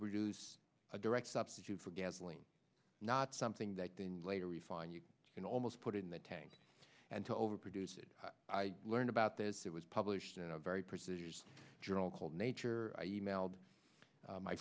produce a direct substitute for gasoline not something that then later refined you can almost put it in the tank and to overproduce it i learned about this it was published in a very prestigious journal called nature i emailed my